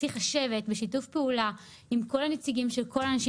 צריך לשבת בשיתוף פעולה עם כל הנציגים של כל האנשים